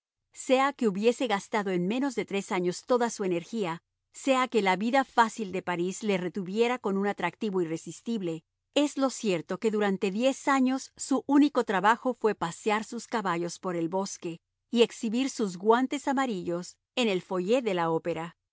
sea que hubiese gastado en menos de tres años toda su energía sea que la vida fácil de parís le retuviera con un atractivo irresistible es lo cierto que durante diez años su único trabajo fue pasear sus caballos por el bosque y exhibir sus guantes amarillos en el foyer de la opera